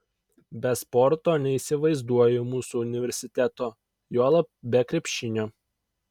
be sporto neįsivaizduoju mūsų universiteto juolab be krepšinio